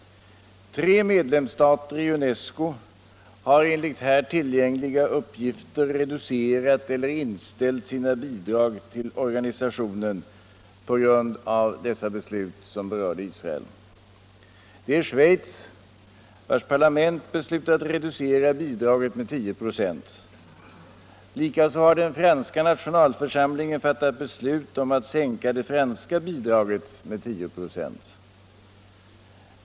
Tre medlemsstater i UNESCO har enligt här tillgängliga uppgifter reducerat eller inställt sina bidrag till organisationen på grund av dessa beslut som berörde Israel. Det är Schweiz, vars parlament beslutat reducera bidraget med 10 96. Likaså har den franska nationalförsamlingen fattat beslut om att sänka det franska bidraget med 10 96.